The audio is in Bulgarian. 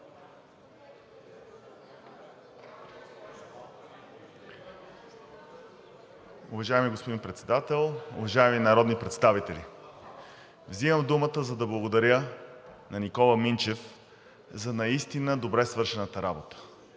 Уважаеми господин Председател, уважаеми народни представители! Вземам думата, за да благодаря на Никола Минчев за наистина добре свършената работа.